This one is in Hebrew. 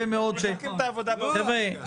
חבר'ה,